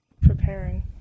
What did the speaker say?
Preparing